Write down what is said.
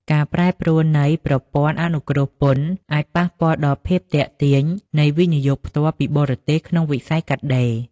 ការប្រែប្រួលនៃ "ប្រព័ន្ធអនុគ្រោះពន្ធ" អាចប៉ះពាល់ដល់ភាពទាក់ទាញនៃ វិនិយោគផ្ទាល់ពីបរទេស ក្នុងវិស័យកាត់ដេរ។